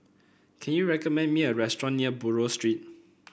can you recommend me a restaurant near Buroh Street